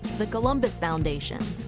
the columbus foundation,